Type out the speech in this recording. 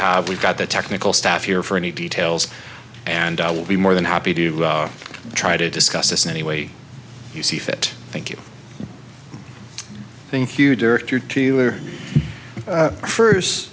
have we've got the technical staff here for any details and i will be more than happy to try to discuss this in any way you see fit thank you thank you director to you or first